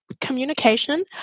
communication